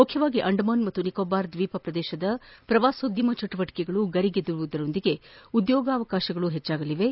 ಮುಖ್ಯವಾಗಿ ಅಂಡಮಾನ್ ಮತ್ತು ನಿಕೋಬಾರ್ ದ್ವೀಪ ಪ್ರದೇಶದ ಪ್ರವಾಸೋದ್ಯಮ ಚಟುವಟಕೆಗಳು ಗರಿಗೆದರುವ ಜೊತೆಗೆ ಉದ್ಯೋಗಾವಕಾಶಗಳು ಹೆಚ್ಚಾಗಲಿವೆ